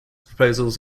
proposals